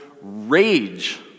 rage